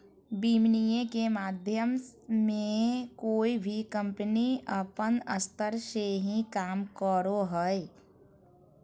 विनिमय के माध्यम मे कोय भी कम्पनी अपन स्तर से ही काम करो हय